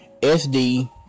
SD